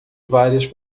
várias